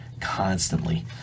constantly